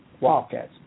Wildcats